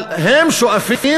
אבל הם שואפים